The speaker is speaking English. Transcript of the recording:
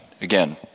Again